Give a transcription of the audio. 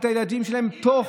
בוא,